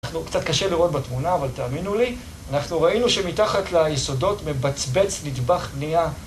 אנחנו קצת קשה לראות בתמונה אבל תאמינו לי אנחנו ראינו שמתחת ליסודות מבצבץ נדבך בנייה